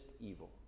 evil